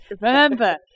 remember